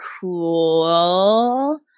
cool